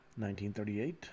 1938